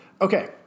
Okay